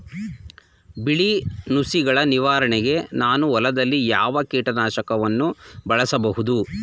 ಬಿಳಿ ನುಸಿಗಳ ನಿವಾರಣೆಗೆ ನಾನು ಹೊಲದಲ್ಲಿ ಯಾವ ಕೀಟ ನಾಶಕವನ್ನು ಬಳಸಬಹುದು?